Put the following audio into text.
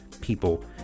people